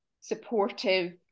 supportive